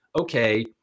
okay